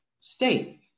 state